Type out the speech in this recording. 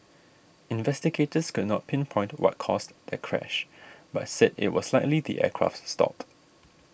investigators could not pinpoint what caused that crash but said it was likely the aircraft stalled